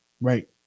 right